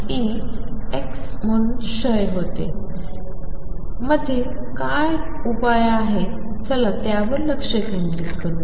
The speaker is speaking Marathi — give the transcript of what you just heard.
मध्ये काय मधे काय उपाय आहे चला त्यावर लक्ष केंद्रित करूया